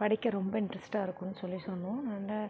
படிக்க ரொம்ப இன்ட்ரஸ்ட்டாக இருக்குன்னு சொல்லி சொன்னோம் நல்ல